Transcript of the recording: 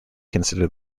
consider